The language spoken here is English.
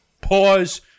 Pause